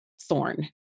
thorn